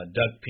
Doug